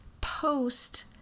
post